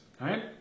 right